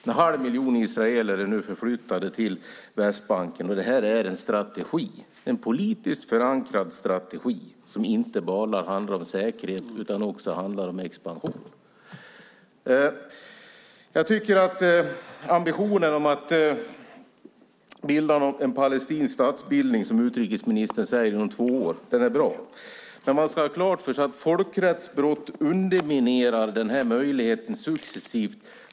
En halv miljon israeler är nu förflyttade till Västbanken. Detta är en strategi - en politiskt förankrad strategi som inte bara handlar om säkerhet utan också om expansion. Jag tycker att ambitionen med en palestinsk statsbildning inom två år, som utrikesministern säger, är bra. Men man ska ha klart för sig att folkrättsbrott underminerar möjligheten successivt.